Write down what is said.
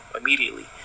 immediately